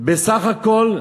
בסך הכול,